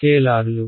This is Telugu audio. స్కేలర్లు